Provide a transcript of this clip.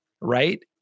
right